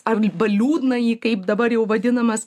arba liūdnąjį kaip dabar jau vadinamas